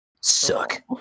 Suck